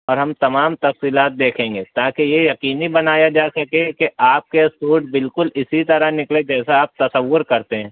اور ہم تمام تفصیلات دیکھیں گے تاکہ یہ یقینی بنایا جا سکے کہ آپ کے سوٹ بالکل اسی طرح نکلے جیسا آپ تصور کرتے ہیں